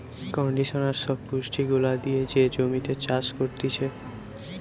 conditioner সব পুষ্টি গুলা দিয়ে যে জমিতে চাষ করতিছে